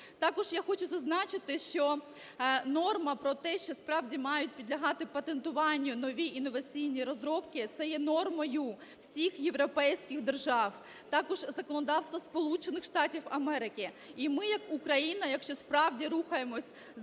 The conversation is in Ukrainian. Також я хочу зазначити, що норма про те, що справді мають підлягати патентуванню нові інноваційні розробки, це є нормою всіх європейських держав, також законодавства Сполучених Штатів Америки. І ми як Україна, якщо справді рухаємося за